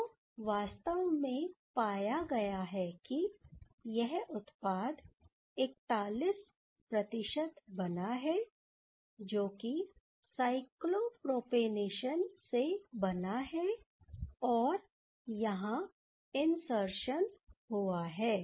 तो वास्तव में पाया गया है कि यह उत्पाद 41 बना है जो कि साइक्लोप्रोपेनेशन से बना है और यहां इनसर्शन हुआ है